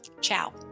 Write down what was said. ciao